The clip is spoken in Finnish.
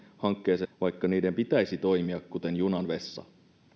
lähijuna aamuruuhkassa vaikka niiden pitäisi toimia kuin junan vessa